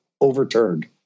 overturned